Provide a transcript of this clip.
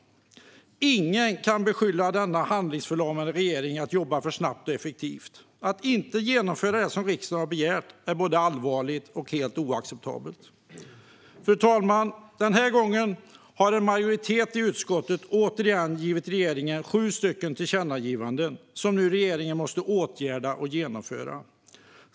Ingen kan beskylla denna handlingsförlamade regering för att jobba för snabbt och effektivt. Att den inte genomför det som riksdagen har begärt är både allvarligt och helt oacceptabelt. Fru talman! Den här gången har en majoritet i utskottet återigen gett regeringen sju stycken tillkännagivanden som regeringen nu måste åtgärda och genomföra.